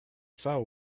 fell